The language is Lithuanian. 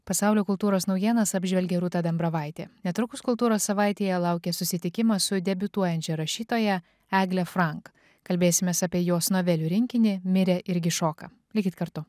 pasaulio kultūros naujienas apžvelgė rūta dambravaitė netrukus kultūros savaitėje laukia susitikimas su debiutuojančia rašytoja egle frank kalbėsimės apie jos novelių rinkinį mirė irgi šoka likit kartu